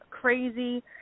crazy